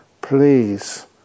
please